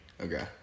Okay